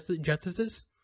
justices